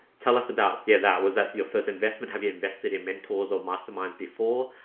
tell us about yeah, that was that your first investment have you invested in mentors or masterminds before?